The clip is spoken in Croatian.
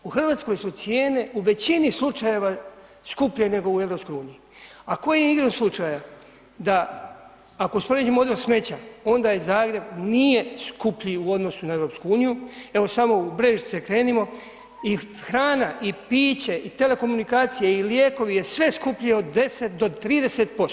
U Hrvatskoj su cijene u većini slučajeve skuplje nego u EU-u a ko je igrom slučaja da ako usporedimo odvoz smeća, onda Zagreb nije skuplji u odnosu na EU, evo samo u Brežice krenimo i hrana i piće i telekomunikacije i lijekovi je sve skuplje od 10 do 30%